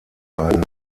ein